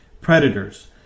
Predators